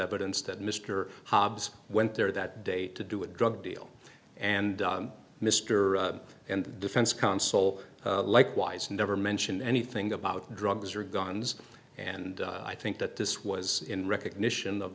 evidence that mr hobbs went there that day to do a drug deal and mr and defense console likewise never mention anything about drugs or guns and i think that this was in recognition of